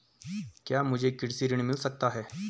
क्या मुझे कृषि ऋण मिल सकता है?